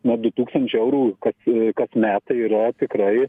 nuo du tūkstančiai eurų kas kas metai yra tikrai